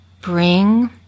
bring